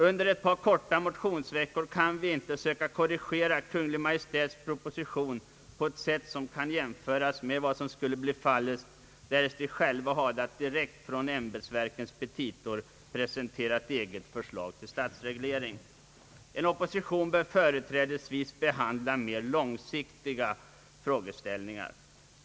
Under ett par korta motionsveckor kan vi inte söka korrigera Kungl. Maj:ts statsverksproposition på ett sätt som kan jämföras med vad som skulle bli fallet därest vi själva hade att direkt från ämbetsverkens petitor presentera ett eget förslag till statsreglering. En opposition bör företrädesvis behandla mer långsiktiga frågeställningar.